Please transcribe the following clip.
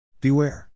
Beware